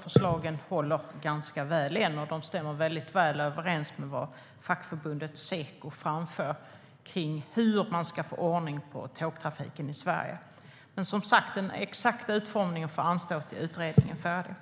Förslagen håller ganska väl än, och de stämmer väl överens med vad fackförbundet Seko framför när det gäller hur man ska få ordning på tågtrafiken i Sverige. Men den exakta utformningen får som sagt anstå till dess att utredningen är färdig.